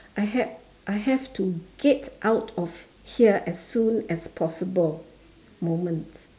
I had I have to get out of here as soon as possible moment